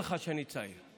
נראה לך שאני צעיר.